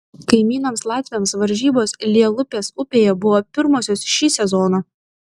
kaimynams latviams varžybos lielupės upėje buvo pirmosios šį sezoną